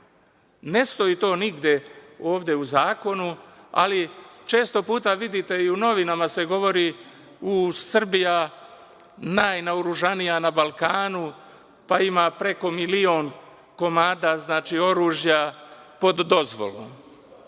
Ne stoji to nigde ovde u zakonu, ali često puta vidite i u novinama se govori Srbija najnaoružanija na Balkanu, pa, ima preko milion komada oružja pod dozvolom.Međutim,